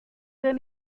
del